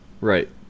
Right